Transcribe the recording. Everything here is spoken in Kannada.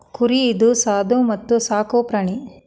ಕುರಿ ಇದು ಸಾದು ಮತ್ತ ಸಾಕು ಪ್ರಾಣಿ